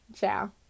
ciao